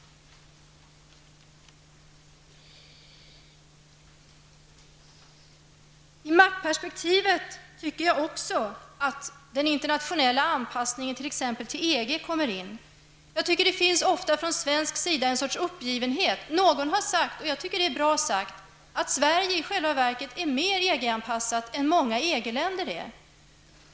I maktperspektivet tycker jag att också frågan om den internationella anpassningen t.ex. till EG kommer med i bilden. Enligt min mening visar man från svensk sida ofta en sorts uppgivenhet. Någon har sagt, och det tycker jag är bra sagt, att Sverige i själva verket är mera EG-anpassat än vad många EG-länder är.